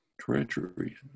treachery